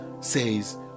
says